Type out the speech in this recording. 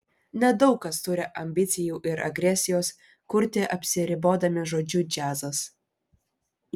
nedaug kas turi ambicijų ir agresijos kurti apsiribodami žodžiu džiazas